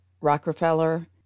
Rockefeller